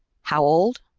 how old?